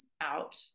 out